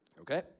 Okay